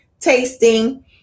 tasting